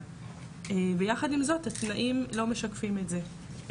ויחד עם זאת התנאים לא משקפים את זה.